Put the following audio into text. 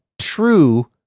true